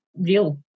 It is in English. real